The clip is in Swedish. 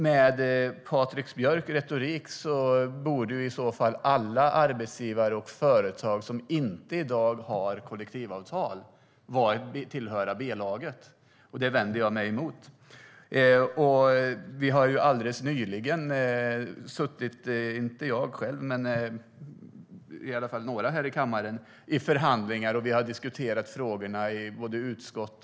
Med Patrik Björcks retorik borde alla arbetsgivare och företag som i dag inte har kollektivavtal tillhöra B-laget. Det vänder jag mig emot. Vi har alldeles nyligen, inte jag själv, men i alla fall några här i kammaren, suttit i förhandlingar gällande överenskommelsen för migration.